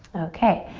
okay.